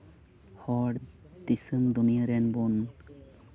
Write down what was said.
ᱦᱚᱲ ᱫᱤᱥᱚᱢ ᱫᱩᱱᱭᱟᱹ ᱨᱮᱱ ᱵᱚᱱ